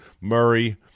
Murray